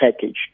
package